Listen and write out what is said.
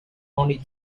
only